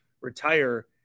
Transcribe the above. retire –